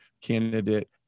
candidate